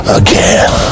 again